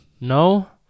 No